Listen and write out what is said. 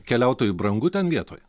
keliautojui brangu ten vietoj